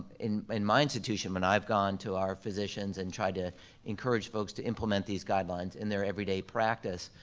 in in my institution, when i've gone to our physicians and tried to encourage folks to implement these guidelines in their everyday practice,